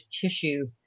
tissue